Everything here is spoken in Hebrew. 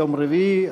יום רביעי,